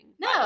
No